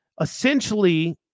Essentially